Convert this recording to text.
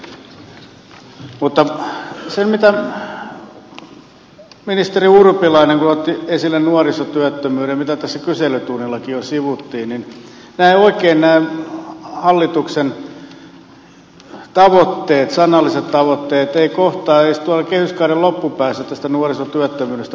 mutta kun ministeri urpilainen otti esille nuorisotyöttömyyden mitä tässä kyselytunnillakin jo sivuttiin niin eivät oikein nämä hallituksen sanalliset tavoitteet kohtaa edes tuolla kehyskaaren loppupäässä tästä nuorisotyöttömyydestä puhuttaessa